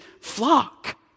flock